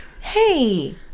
Hey